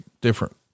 different